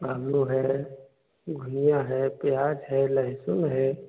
आलू है धनिया प्याज है लहसुन है